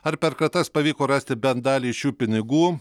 ar per kratas pavyko rasti bent dalį šių pinigų